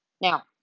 Now